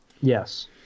Yes